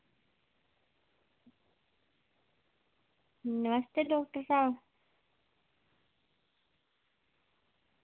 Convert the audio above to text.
नमस्ते doctor साह्ब